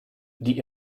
die